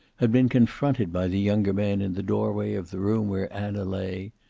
had been confronted by the younger man in the doorway of the room where anna lay,